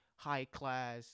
high-class